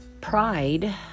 pride